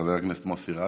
חבר הכנסת מוסי רז,